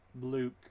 Luke